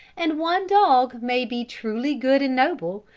and one dog may be truly good and noble,